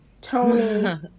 Tony